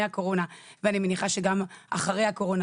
הקורונה ואני מניחה שגם אחרי הקורונה,